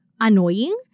annoying